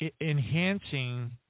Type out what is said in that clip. enhancing